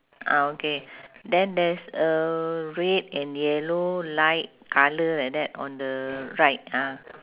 ah okay then there's a red and yellow light colour like that on the right ah